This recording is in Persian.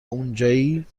اونجایی